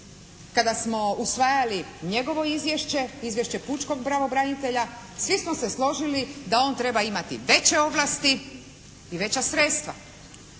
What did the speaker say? kada smo usvajali njegovo izvješće, izvješće pučkog pravobranitelja svi smo se složili da on treba imati veće ovlasti i veća sredstva.